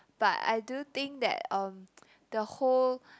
but I do think that um the whole